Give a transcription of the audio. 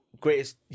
greatest